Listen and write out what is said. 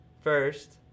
first